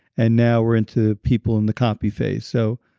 and now we're into people in the copy phase. so,